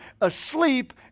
asleep